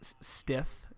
stiff